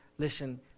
listen